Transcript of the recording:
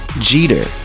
Jeter